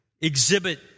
exhibit